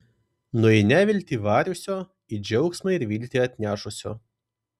nuo į neviltį variusio į džiaugsmą ir viltį atnešusio